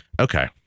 Okay